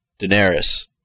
Daenerys